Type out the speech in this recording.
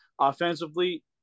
offensively